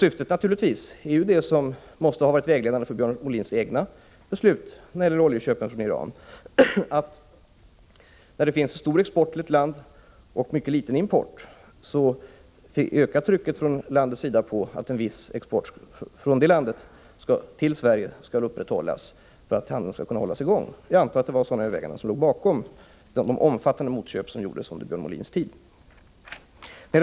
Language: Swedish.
Syftet är naturligtvis detsamma som måste ha varit vägledande för Björn Molins egna beslut när det gäller oljeköpen från Iran: När det finns en stor export till ett land och mycket liten import ökar trycket från det landets sida på att viss export skall upprätthållas från det landet till Sverige för att handeln skall kunna hållas i gång. Jag antar att det var sådana överväganden som låg bakom de omfattande motköp som gjordes under Björn Molins tid.